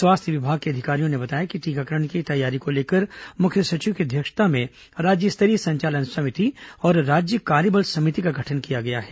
स्वास्थ्य विभाग के अधिकारियों ने बताया कि टीकाकरण की तैयारी को लेकर मुख्य सचिव की अध्यक्षता में राज्य स्तरीय संचालन समिति और राज्य कार्यबल समिति का गठन किया गया है